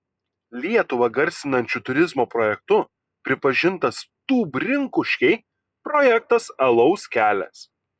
lietuvą garsinančiu turizmo projektu pripažintas tūb rinkuškiai projektas alaus kelias